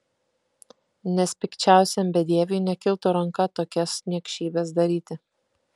nes pikčiausiam bedieviui nekiltų ranka tokias niekšybes daryti